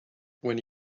when